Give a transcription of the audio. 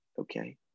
Okay